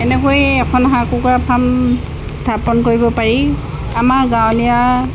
এনেকৈয়ে এখন হাঁহ কুকুৰা ফাৰ্ম স্থাপন কৰিব পাৰি আমাৰ গাঁৱলীয়া